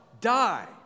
die